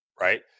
Right